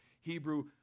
Hebrew